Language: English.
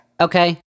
Okay